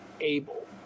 able